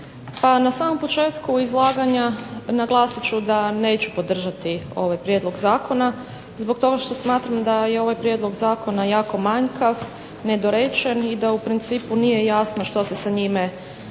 na samom početku izlaganja naglasit ću da neću podržati ovaj prijedlog zakona, zbog toga što smatram da je ovaj prijedlog zakona jako manjkav, nedorečen i da u principu nije jasno što se sa njime želi